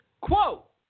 Quote